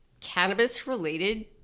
cannabis-related